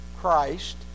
Christ